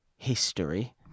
history